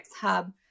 hub